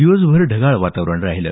दिवसभर ढगाळ वातावरण राहीलं